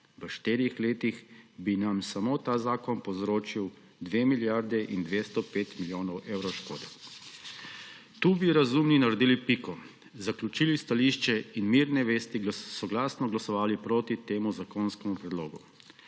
v štirih letih bi nam samo ta zakon povzročil 2 milijardi in 205 milijonov evrov škode! Tu bi razumni naredili piko, zaključili stališče in mirne vesti soglasno glasovali proti temu zakonskemu predlogu.